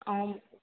ऐं